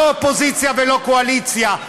לא אופוזיציה ולא קואליציה,